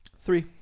three